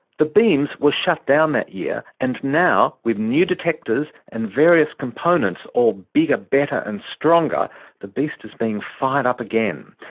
the beams were shut down that year and now with new detectors and various components all bigger, better and stronger the beast is being fired up again.